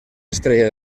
estrella